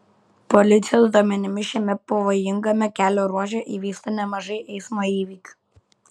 policijos duomenimis šiame pavojingame kelio ruože įvyksta nemažai eismo įvykių